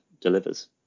delivers